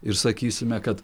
ir sakysime kad